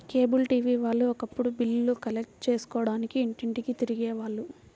cable TV వాళ్ళు ఒకప్పుడు బిల్లులు కలెక్ట్ చేసుకోడానికి ఇంటింటికీ తిరిగే వాళ్ళు